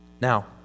Now